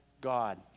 God